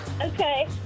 Okay